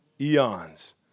Eons